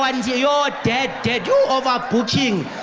but and ah ah dead, dead yo, overbooking,